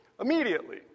immediately